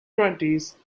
twenties